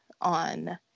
on